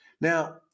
Now